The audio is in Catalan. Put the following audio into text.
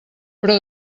però